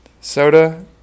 soda